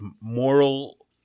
moral